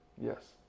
Yes